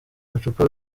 amacupa